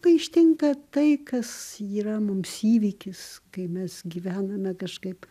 kai ištinka tai kas yra mums įvykis kai mes gyvename kažkaip